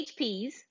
HPs